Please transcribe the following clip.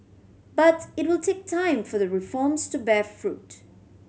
but it will take time for the reforms to bear fruit